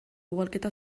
ugalketa